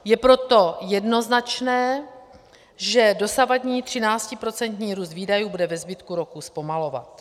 Je proto jednoznačné, že dosavadní třináctiprocentní růst výdajů bude ve zbytku roku zpomalovat.